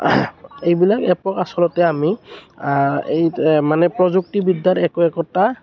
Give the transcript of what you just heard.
এইবিলাক এপক আচলতে আমি এই মানে প্ৰযুক্তিবিদ্যাৰ একো একোটা